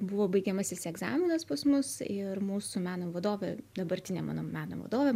buvo baigiamasis egzaminas pas mus ir mūsų meno vadovė dabartinė mano meno vadovė